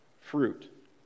fruit